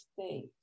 state